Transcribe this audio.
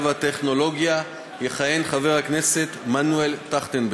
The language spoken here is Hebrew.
והטכנולוגיה יכהן חבר הכנסת מנואל טרכטנברג,